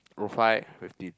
oh five fifteen